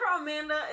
Amanda